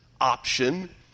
option